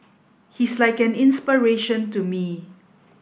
he's like an inspiration to me